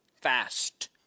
fast